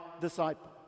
disciple